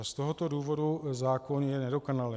Z tohoto důvodu zákon je nedokonalý.